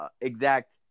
exact